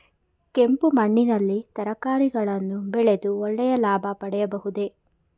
ಕೆಂಪು ಮಣ್ಣಿನಲ್ಲಿ ತರಕಾರಿಗಳನ್ನು ಬೆಳೆದು ಒಳ್ಳೆಯ ಲಾಭ ಪಡೆಯಬಹುದೇ?